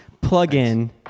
plug-in